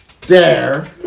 Dare